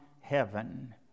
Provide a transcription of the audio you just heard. heaven